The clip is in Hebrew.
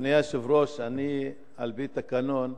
אדוני היושב-ראש, אני, על-פי התקנון,